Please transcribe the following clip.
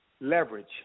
leverage